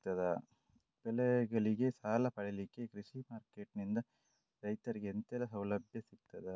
ಬೆಳೆಗಳಿಗೆ ಸಾಲ ಪಡಿಲಿಕ್ಕೆ ಕೃಷಿ ಮಾರ್ಕೆಟ್ ನಿಂದ ರೈತರಿಗೆ ಎಂತೆಲ್ಲ ಸೌಲಭ್ಯ ಸಿಗ್ತದ?